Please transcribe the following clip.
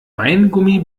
weingummi